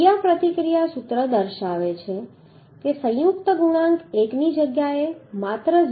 ક્રિયાપ્રતિક્રિયા સૂત્ર દર્શાવે છે કે સંયુક્ત ગુણાંક 1 ની જગ્યાએ માત્ર 0